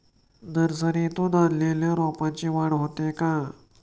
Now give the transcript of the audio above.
नर्सरीतून आणलेल्या रोपाची वाढ होते का?